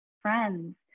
friends